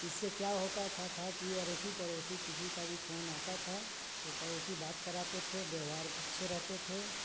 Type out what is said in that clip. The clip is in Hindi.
इससे क्या होता था था अड़ोसी पड़ोसी किसी का भी फोन आता था तो पड़ोसी बात कराते थे व्यवहार अच्छे रहते थे